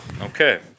Okay